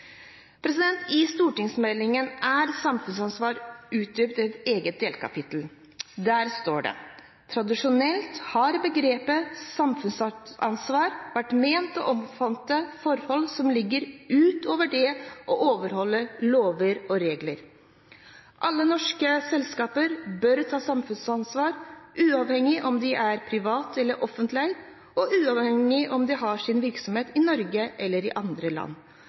I stortingsmeldingen er begrepet samfunnsansvar utdypet i et eget delkapittel. Der står det: «Tradisjonelt har begrepet vært ment å omfatte forhold som ligger ut over det å overholde lover og regler.» Alle norske selskaper bør ta samfunnsansvar, uavhengig av om de er privat eller offentlig eid, og uavhengig av om de har sin virksomhet i Norge eller i andre land.